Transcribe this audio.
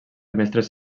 mestres